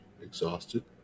exhausted